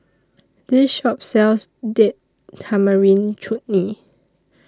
This Shop sells Date Tamarind Chutney